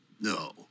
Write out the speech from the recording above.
No